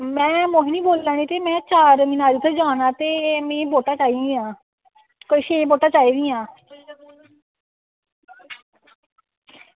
में मोहिनी बोल्ला नी ते में चार मिनार जाना ते में बोटां चाही दियां ते छे बोटां चाही दियां